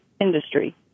industry